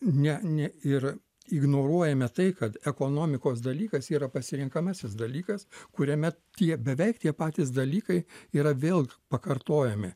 ne ne ir ignoruojame tai kad ekonomikos dalykas yra pasirenkamasis dalykas kuriame tie beveik tie patys dalykai yra vėl pakartojami